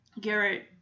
Garrett